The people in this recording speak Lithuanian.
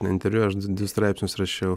interviu aš d du straipsnius rašiau